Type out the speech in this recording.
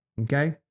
Okay